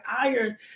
iron